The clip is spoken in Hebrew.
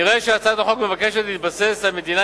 נראה שהצעת החוק מבקשת להתבסס על מדינה